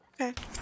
Okay